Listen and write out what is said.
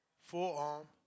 forearm